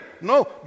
No